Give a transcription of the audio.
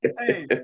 hey